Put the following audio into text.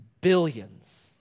billions